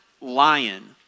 lion